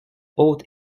haute